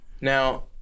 Now